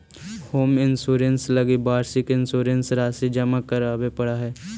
home insurance लगी वार्षिक insurance राशि जमा करावे पड़ऽ हइ